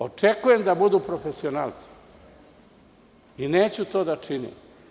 Očekujem da budu profesionalci i neću to da činim.